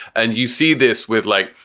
and you see this with like,